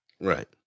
Right